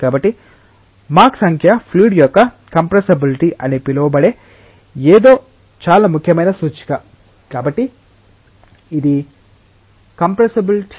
కాబట్టి మాక్ సంఖ్య ఫ్లూయిడ్ యొక్క కంప్రెసిబిలిటీ అని పిలువబడే ఏదో చాలా ముఖ్యమైన సూచిక